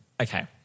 Okay